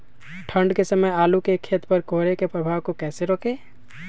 ठंढ के समय आलू के खेत पर कोहरे के प्रभाव को कैसे रोके?